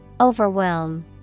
Overwhelm